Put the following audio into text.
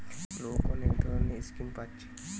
লোক অনেক ধরণের স্কিম পাচ্ছে